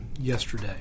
yesterday